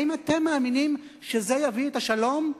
האם אתם מאמינים שזה יביא את השלום?